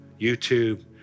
YouTube